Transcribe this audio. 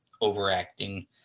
overacting